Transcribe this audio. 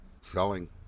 Selling